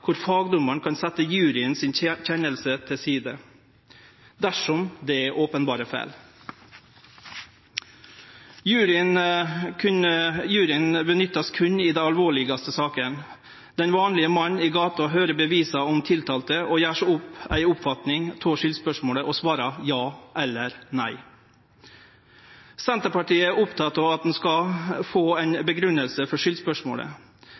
kjennelse til side dersom det er openberre feil. Juryen skal berre nyttast i dei alvorlegaste sakene. Den vanlege mann i gata høyrer bevisa om den tiltala og gjer seg opp ei meining om skyldspørsmålet og svarar ja eller nei. Senterpartiet er oppteke av at ein skal få ei grunngjeving for